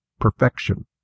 perfection